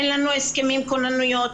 אין לנו הסכמים כונניות.